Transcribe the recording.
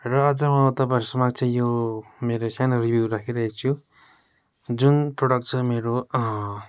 र आज म तपाईँहरू समक्ष यो मेरो सानो रिभ्यू राखिरहेको छु जुन प्रोडक्ट चाहिँ मेरो